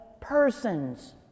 persons